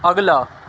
اگلا